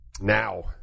Now